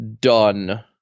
done